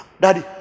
Daddy